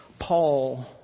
Paul